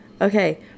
Okay